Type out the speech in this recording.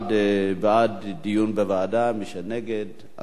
בעד דיון בוועדה, ומי שנגד, אז נגד.